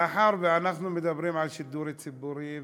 מאחר שאנחנו מדברים על שידור ציבורי,